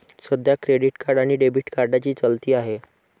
सध्या credit card आणि debit कार्डची चलती आहे